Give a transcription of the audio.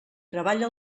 treballa